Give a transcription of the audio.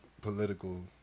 political